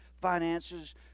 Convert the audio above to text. finances